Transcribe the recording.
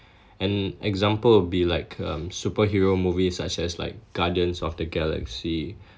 an example would be like um superhero movies such as like guardians of the galaxy